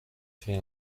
fait